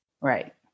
Right